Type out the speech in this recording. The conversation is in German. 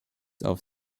auf